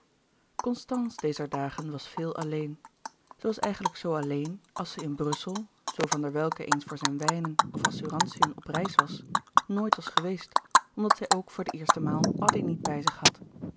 constance dezer dagen was veel alleen ze was eigenlijk zoo alleen als zij in brussel zoo van der welcke eens voor zijn wijnen of assurantiën op reis was nooit was geweest omdat zij ook voor de eerste maal addy niet bij zich had